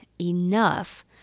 enough